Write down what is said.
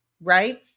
Right